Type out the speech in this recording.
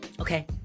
okay